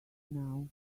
now